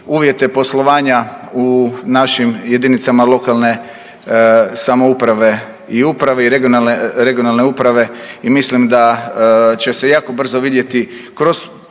uvjete poslovanja u našim jedinicama lokalne samouprave i uprave i regionalne uprave. I mislim da će se jako brzo vidjeti kroz